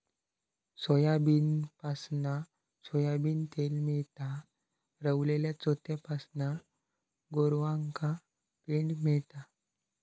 सोयाबीनपासना सोयाबीन तेल मेळता, रवलल्या चोथ्यापासना गोरवांका पेंड मेळता